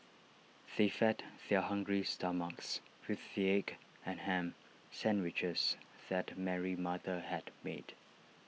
they fed their hungry stomachs with the egg and Ham Sandwiches that Mary's mother had made